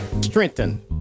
strengthen